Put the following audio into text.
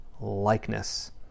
likeness